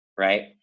right